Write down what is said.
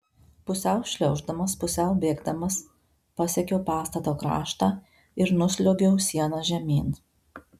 pusiau šliauždamas pusiau bėgdamas pasiekiau pastato kraštą ir nusliuogiau siena žemyn